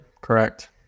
Correct